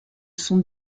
sont